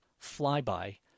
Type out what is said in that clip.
flyby